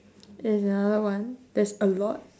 there's another one there's a lot